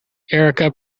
erika